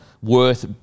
Worth